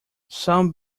some